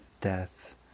death